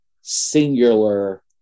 singular